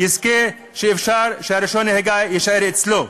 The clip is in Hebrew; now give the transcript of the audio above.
הוא יזכה שרישיון הנהיגה יישאר אצלו.